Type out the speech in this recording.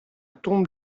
tombe